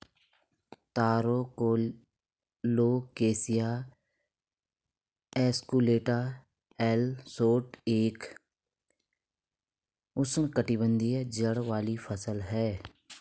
तारो Colocasia esculenta L Schott एक उष्णकटिबंधीय जड़ वाली फसल है